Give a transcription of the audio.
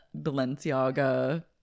Balenciaga